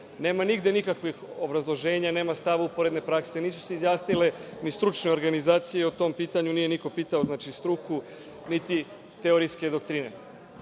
Nema nigde nikakvih obrazloženja, nema stava uporedne prakse, nisu se izjasnile ni stručne organizacije o tom pitanju, što znači da nije niko pitao struku, niti teorijske doktrine. To